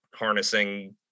harnessing